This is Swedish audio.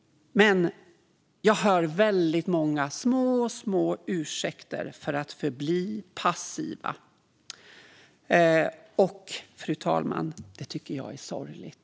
Men jag hör väldigt många små ursäkter för att förbli passiv, fru talman, och det tycker jag är sorgligt.